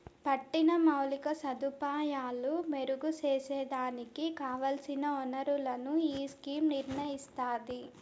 పట్టిన మౌలిక సదుపాయాలు మెరుగు సేసేదానికి కావల్సిన ఒనరులను ఈ స్కీమ్ నిర్నయిస్తాది